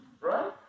Right